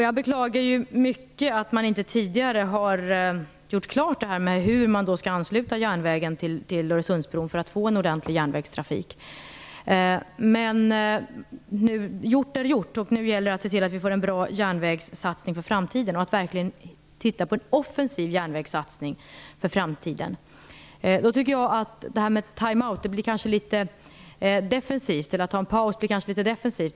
Jag beklagar mycket att man inte tidigare har gjort klart hur man skall ansluta järnvägen till Men gjort är gjort, och det gäller nu att se till att det verkligen blir en bra och offensiv järnvägssatsning för framtiden. Jag tycker att det blir litet defensivt att begära time out, att ta en paus.